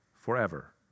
forever